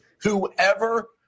whoever